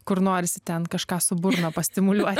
kur norisi ten kažką su burna pastimuliuot